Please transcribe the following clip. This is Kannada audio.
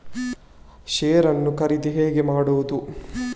ಶೇರ್ ನ್ನು ಖರೀದಿ ಹೇಗೆ ಮಾಡುವುದು?